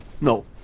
No